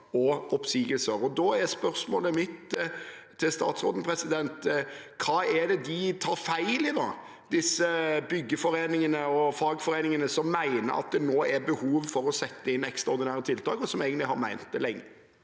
Da er spørsmålet mitt til statsråden: Hva er det de tar feil i, disse byggeforeningene og fagforeningene som mener at det nå er behov for å sette inn ekstraordinære tiltak, og som egentlig har ment det lenge?